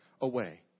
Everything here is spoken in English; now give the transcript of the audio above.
away